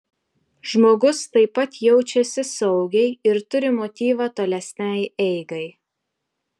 žmogus taip pat jaučiasi saugiai ir turi motyvą tolesnei eigai